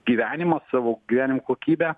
gyvenimą savo gyvenimo kokybę